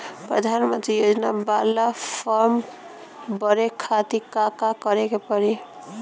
प्रधानमंत्री योजना बाला फर्म बड़े खाति का का करे के पड़ी?